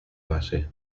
base